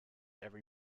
every